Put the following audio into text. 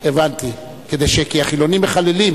כדי שהחילונים לא יחללו